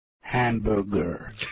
Hamburger